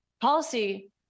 policy